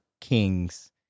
Kings